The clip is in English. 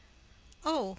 oh,